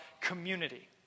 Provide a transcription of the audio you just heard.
community